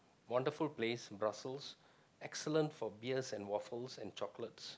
wonderful place Brussels excellent for beers and waffles and chocolate